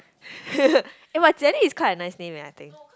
eh but Jie-Li is quite a nice name leh I think